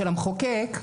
של המחוקק,